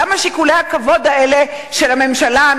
למה שיקולי הכבוד האלה של הממשלה,